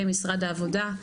במשרד העבודה.